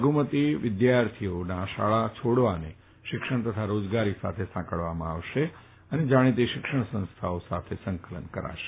લઘુમતિ વિદ્યાર્થીઓના શાળા છોડવાને શિક્ષણ તથા રોજગારી સાથે સાંકળવામાં આવશે અને જાણીતી શિક્ષણ સંસ્થાઓ સાથે સંકલન કરાશે